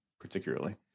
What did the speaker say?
particularly